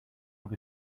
have